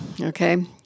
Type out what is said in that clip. Okay